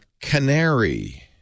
Canary